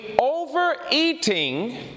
overeating